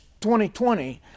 2020